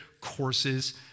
courses